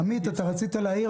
עמית, רצית להעיר